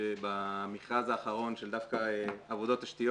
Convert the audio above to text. שבמכרז האחרון שדווקא עבודות תשתיות